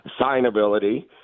signability